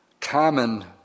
common